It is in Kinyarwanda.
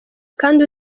kandi